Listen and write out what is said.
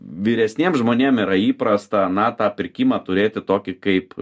vyresniems žmonėm yra įprasta na tą pirkimą turėti tokį kaip